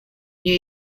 new